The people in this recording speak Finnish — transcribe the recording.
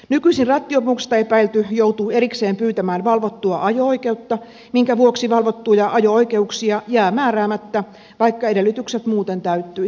nykyisin rattijuopumuksesta epäilty joutuu erikseen pyytämään valvottua ajo oikeutta minkä vuoksi valvottuja ajo oikeuksia jää määräämättä vaikka edellytykset muuten täyttyisivät